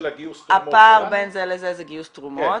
הגיוס תרומות -- הפער בין זה לזה זה גיוס תרומות.